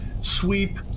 sweep